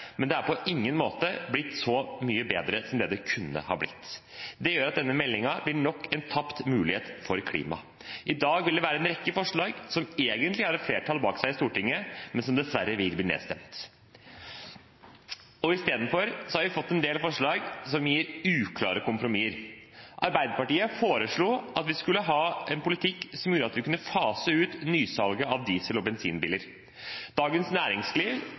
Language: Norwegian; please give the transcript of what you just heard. men den er på ingen måte blitt så mye bedre, slik som den kunne ha blitt. Det gjør at denne meldingen blir nok en tapt mulighet for klimaet. I dag vil det være en rekke forslag som egentlig har et flertall bak seg i Stortinget, men som dessverre vil bli nedstemt, og istedenfor har vi fått en del forslag som gir uklare kompromisser. Arbeiderpartiet foreslo at vi skulle ha en politikk som gjorde at vi kunne fase ut nysalget av diesel- og bensinbiler. Dagens Næringsliv